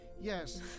yes